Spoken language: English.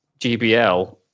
GBL